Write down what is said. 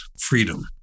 freedom